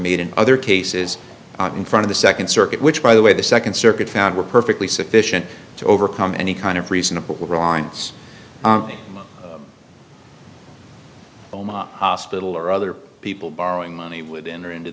made in other cases in front of the second circuit which by the way the second circuit found were perfectly sufficient to overcome any kind of reasonable rinds oma hospital or other people borrowing money would enter into